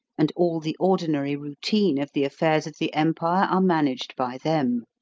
and all the ordinary routine of the affairs of the empire are managed by them.